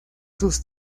sus